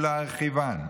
ולהרחיבן.